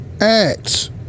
acts